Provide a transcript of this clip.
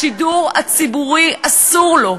השידור הציבורי אסור לו,